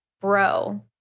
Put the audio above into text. bro